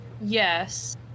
yes